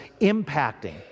impacting